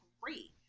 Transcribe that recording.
great